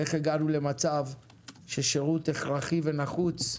איך הגענו למצב ששרות הכרחי ונחוץ,